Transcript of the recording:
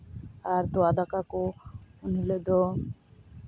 ᱟᱨ ᱛᱚᱣᱟ ᱫᱟᱠᱟ ᱠᱚ ᱩᱱᱦᱤᱞᱳᱜ ᱫᱚ